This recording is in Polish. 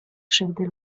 krzywdy